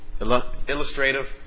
illustrative